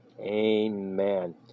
amen